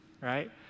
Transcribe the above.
right